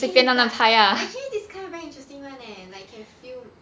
eh but actually this kind very interesting [one] eh like can film